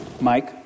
Mike